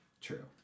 true